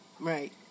Right